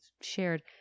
shared